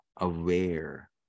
aware